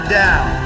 down